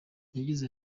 yagize